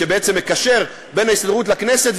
שבעצם מקשר בין ההסתדרות לכנסת.